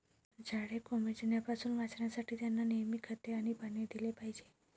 झाडे कोमेजण्यापासून वाचवण्यासाठी, त्यांना नेहमी खते आणि पाणी दिले पाहिजे